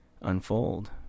unfold